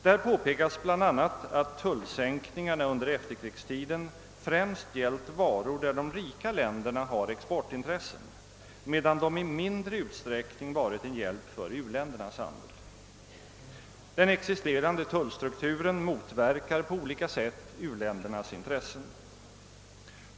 Där påpekas bl.a. att tullsänkningarna under efterkrigstiden främst gällt varor för vilka de rika länderna har exportintressen, me dan de i mindre utsträckning varit en hjälp för u-ländernas handel. Den existerande tullstrukturen motverkar på olika sätt u-ländernas intressen.